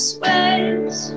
waves